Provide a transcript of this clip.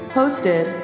hosted